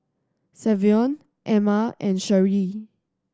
Savion Emma and Sharee